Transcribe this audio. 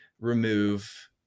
remove